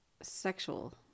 sexual